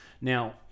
Now